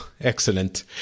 excellent